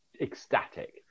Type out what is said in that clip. ecstatic